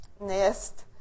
nest